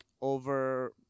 over—